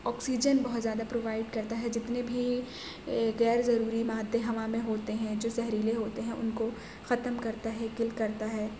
oxygen بہت زیادہ provide کرتا ہے جتنے بھی غیر ضروری مادے ہوا میں ہوتے ہیں جو زہریلے ہوتے ہیں ان کو ختم کرتا ہے کل کرتا ہے